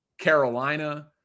Carolina